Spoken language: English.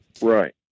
right